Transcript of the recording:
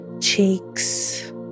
cheeks